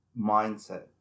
mindset